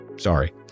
sorry